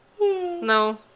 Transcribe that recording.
No